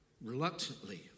reluctantly